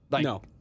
No